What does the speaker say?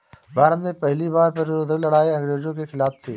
भारत में पहली कर प्रतिरोध लड़ाई अंग्रेजों के खिलाफ थी